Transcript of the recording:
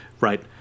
right